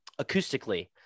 acoustically